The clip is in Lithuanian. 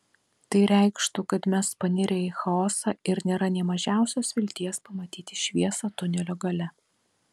tai reikštų kad mes panirę į chaosą ir nėra nė mažiausios vilties pamatyti šviesą tunelio gale